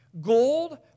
Gold